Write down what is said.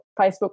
Facebook